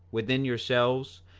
within yourselves,